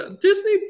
Disney